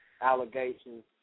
allegations